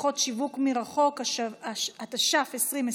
שיחות שיווק מרחוק), התש"ף 2020,